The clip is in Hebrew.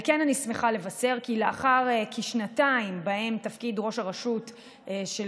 על כן אני שמחה לבשר כי לאחר כשנתיים שבהן תפקיד ראש הרשות של